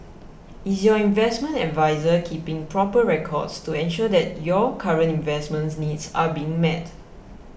is your investment adviser keeping proper records to ensure that your current investment needs are being met